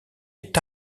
est